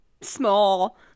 small